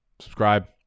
subscribe